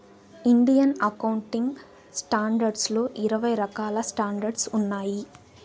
Indian accounting standards లో ఇరవై రకాల స్టాండర్డ్స్ ఉన్నాయి